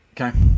Okay